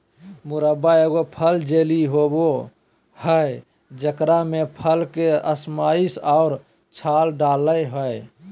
मुरब्बा एगो फल जेली होबय हइ जेकरा में फल के स्लाइस और छाल डालय हइ